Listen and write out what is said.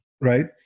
right